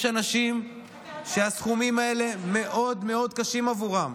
יש אנשים שהסכומים האלה מאוד מאוד קשים עבורם.